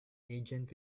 agent